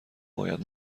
باید